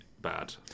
bad